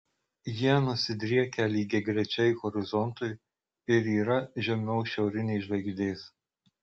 jie nusidriekę lygiagrečiai horizontui ir yra žemiau šiaurinės žvaigždės